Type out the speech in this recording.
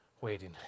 waiting